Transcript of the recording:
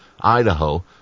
Idaho